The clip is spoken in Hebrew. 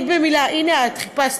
החוק בקריאה השנייה ובקריאה השלישית.